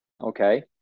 okay